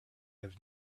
have